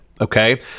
okay